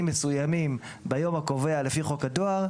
מסוימים ביום הקובע לפי חוק הדואר,